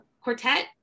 quartet